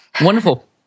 Wonderful